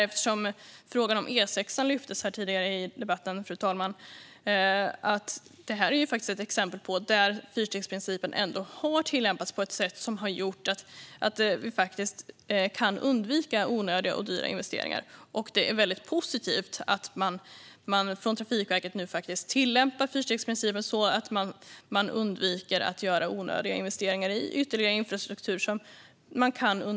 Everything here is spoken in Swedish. Eftersom frågan om E6:an togs upp tidigare här i debatten, fru talman, vill jag påpeka att det är ett exempel på hur fyrstegsprincipen har tillämpats på ett sätt som har gjort att man kunnat undvika onödiga och dyra investeringar. Det är väldigt positivt att Trafikverket nu tillämpar fyrstegsprincipen så att man undviker att göra onödiga investeringar i ytterligare infrastruktur.